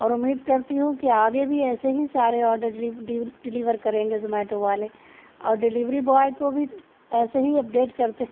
اور امّید کرتی ہوں کہ آگے بھی ایسے ہی سارے آڈر ڈیلیور کریں گے زومیٹو والے اور ڈیلیوری بوائے کو بھی ایسے ہی اپڈیٹ کرتے